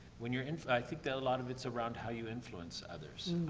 when you're inf i think that a lot of it's around how you influence others.